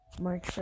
March